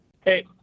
Hey